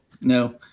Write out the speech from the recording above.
no